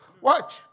Watch